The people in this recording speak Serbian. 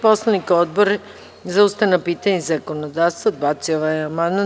Poslovnika, Odbor za ustavna pitanja i zakonodavstvo odbacio je amandman.